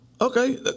Okay